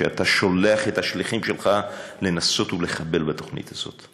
שאתה שולח את השליחים שלך לנסות לחבל בתוכנית הזאת?